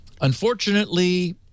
Unfortunately